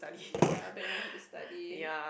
ya back when we had to study